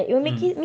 mm